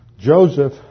Joseph